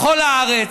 בכל הארץ,